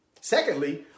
secondly